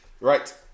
Right